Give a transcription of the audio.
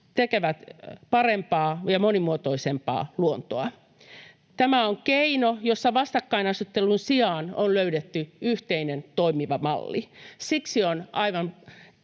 tekevät parempaa ja monimuotoisempaa luontoa. Tämä on keino, jossa vastakkainasettelun sijaan on löydetty yhteinen toimiva malli. Siksi on aivan